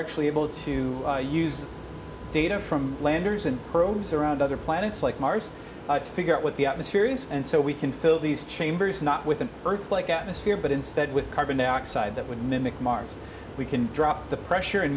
actually able to use data from landers and probes around other planets like mars to figure out what the atmosphere is and so we can fill these chambers not with an earth like atmosphere but instead with carbon dioxide that would mimic mars we can drop the pressure and